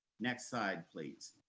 next slide, please.